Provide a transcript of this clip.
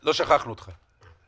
לא שכחנו אותך.